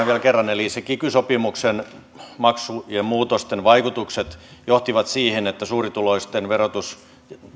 vielä kerran eli ne kiky sopimuksen maksujen ja muutosten vaikutukset johtivat siihen että suurituloisten verotus